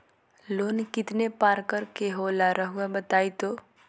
Loan कितने पारकर के होला रऊआ बताई तो?